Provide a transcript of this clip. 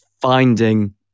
finding